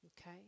okay